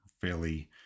fairly